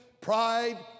pride